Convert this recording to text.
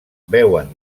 veuen